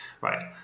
right